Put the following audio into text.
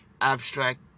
abstract